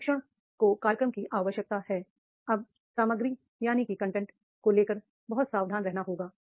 प्रशिक्षण को कार्यक्रम की आवश्यकता है अब कंटेंट को लेकरबहुत सावधान रहना होगा